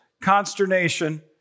consternation